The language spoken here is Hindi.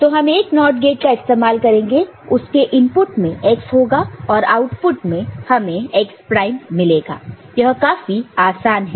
तो हम एक NOT गेट का इस्तेमाल करेंगे उसके इनपुट में x होगा और आउटपुट में हमें x प्राइम मिलेगा यह काफी आसान है